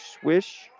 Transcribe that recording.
swish